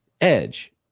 edge